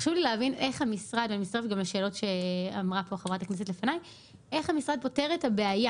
לכן חשוב לי להבין איך המשרד פותר את הבעיה.